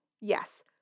Yes